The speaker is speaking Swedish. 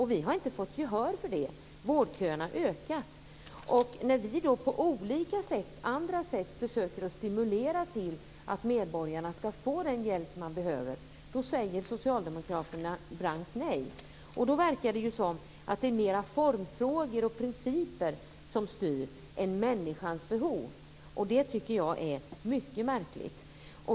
Vi har inte fått gehör för det. Vårdköerna har ökat. När vi då på olika andra sätt försöker stimulera till att medborgarna ska få den hjälp de behöver säger Socialdemokraterna blankt nej. Då verkar det som om det är mera formfrågor och principer som styr än människans behov. Jag tycker att det är mycket märkligt.